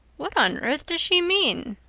what on earth does she mean?